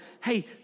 hey